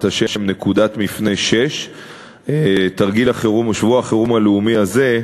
השם "נקודת מפנה 6". שבוע החירום הלאומי הזה,